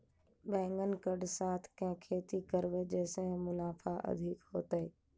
बैंगन कऽ साथ केँ खेती करब जयसँ मुनाफा अधिक हेतइ?